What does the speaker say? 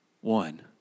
One